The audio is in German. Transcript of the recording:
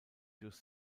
durch